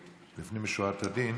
לפנים משורת הדין